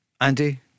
Andy